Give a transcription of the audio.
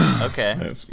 Okay